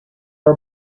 are